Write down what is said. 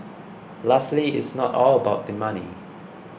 lastly it's not all about the money